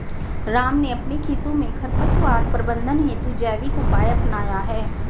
राम ने अपने खेतों में खरपतवार प्रबंधन हेतु जैविक उपाय अपनाया है